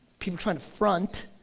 people trying to front,